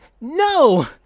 No